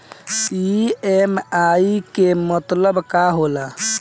EMI के मतलब का होला?